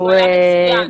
שהוא היה מצוין.